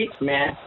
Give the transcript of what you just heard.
man